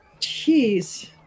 Jeez